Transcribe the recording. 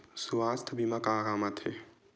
सुवास्थ बीमा का काम आ थे?